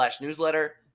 newsletter